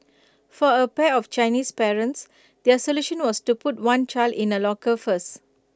for A pair of Chinese parents their solution was to put one child in A locker first